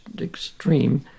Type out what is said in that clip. extreme